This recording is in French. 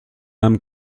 âme